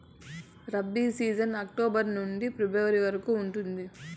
rabi season October నుండి February వరకు ఉంటుంది